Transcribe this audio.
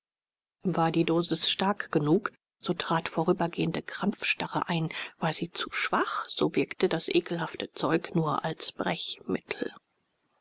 war die dosis stark genug so trat vorübergehende krampfstarre ein war sie zu schwach so wirkte das ekelhafte zeug nur als brechmittel